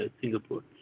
Singapore